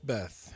Beth